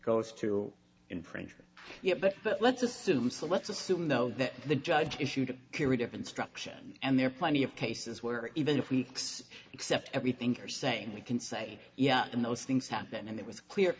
goes to in printer yet but let's assume so let's assume though that the judge issued a period of instruction and there are plenty of cases where even if weeks except we think are saying we can say yeah and those things happen and it was clear